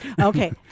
Okay